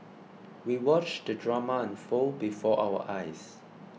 we watched the drama unfold before our eyes